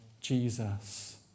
Jesus